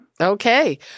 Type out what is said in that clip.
Okay